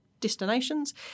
destinations